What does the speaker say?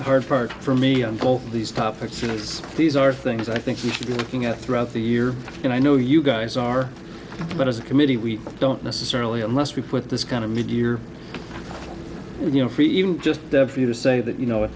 hard part for me all these topics and it's these are things i think you should be looking at throughout the year and i know you guys are but as a committee we don't necessarily unless we put this kind of mid year you know for even just for you to say that you know